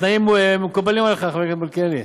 התנאים מקובלים עליך, חבר הכנסת מלכיאלי?